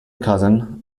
cousin